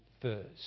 first